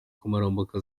kamarampaka